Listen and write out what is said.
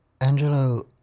Angelo